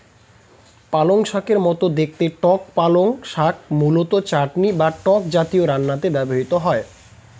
পালংশাকের মতো দেখতে টক পালং শাক মূলত চাটনি বা টক জাতীয় রান্নাতে ব্যবহৃত হয়